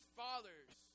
fathers